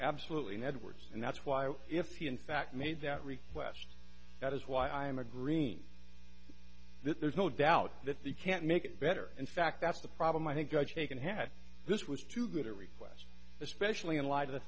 absolutely edwards and that's why if he in fact made that request that is why i am a green there's no doubt that they can't make it better in fact that's the problem i think o j can had this was too good a request especially in light of the